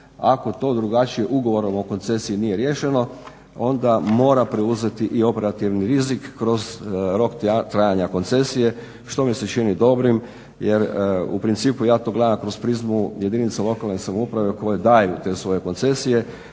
ako to drugačije ugovor o koncesiji nije riješeno onda mora preuzeti i operativni rizik kroz rok trajanja koncesije što mi se čini dobrim jer u principu ja to gledam kroz prizmu jedinica lokalne samouprave koje daju te svoje koncesije